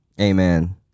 Amen